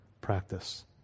practice